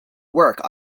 work